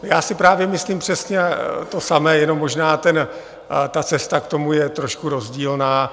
Já si právě myslím přesně to samé, jenom možná ta cesta k tomu je trošku rozdílná.